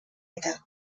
eta